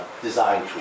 design